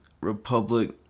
Republic